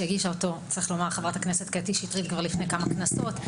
שהגישה אותו חברת הכנסת קטי שטרית כבר לפני כמה כנסות.